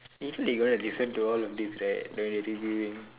later they're going to listen to all of this right then we'll be leaving